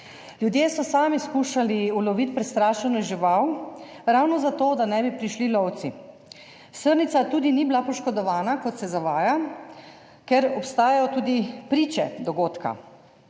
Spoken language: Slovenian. Ljudje so sami skušali uloviti prestrašeno žival ravno zato, da ne bi prišli lovci. Srnica tudi ni bila poškodovana, kot se zavaja, ker obstajajo tudi priče dogodka.